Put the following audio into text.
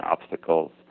obstacles